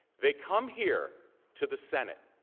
they come here to the senate,